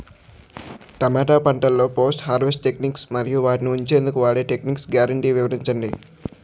టమాటా పంటలో post harvest techniques మరియు వాటిని ఉంచెందుకు వాడే టెక్నిక్స్ గ్యారంటీ వివరించండి?